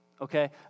okay